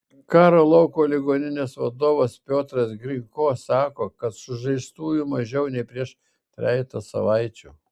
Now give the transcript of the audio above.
karo lauko ligoninės vadovas piotras grinko sako kad sužeistųjų mažiau nei prieš trejetą savaičių